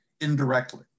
indirectly